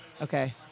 Okay